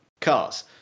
cars